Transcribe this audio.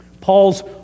Paul's